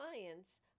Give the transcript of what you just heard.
clients